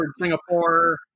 Singapore